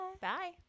bye